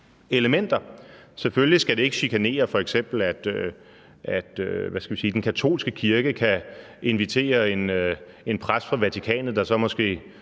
elementer. Det skal selvfølgelig ikke chikanere, altså at f.eks. den katolske kirke kan invitere en præst fra Vatikanet, der så måske